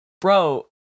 Bro